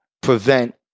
prevent